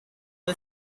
the